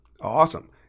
Awesome